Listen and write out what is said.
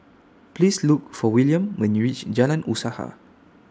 Please Look For William when YOU REACH Jalan Usaha